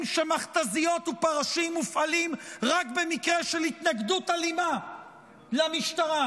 שמכתזיות ופרשים מופעלים רק במקרה של התנגדות אלימה למשטרה,